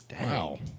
Wow